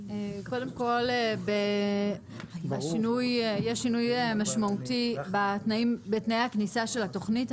קודם כל יש שינוי משמעותי בתנאי הכניסה של התוכנית.